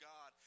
God